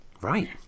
Right